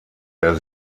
der